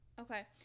Okay